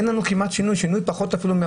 אין לנו שינוי כמעט, השינוי הוא פחות מאחוז.